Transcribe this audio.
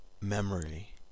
memory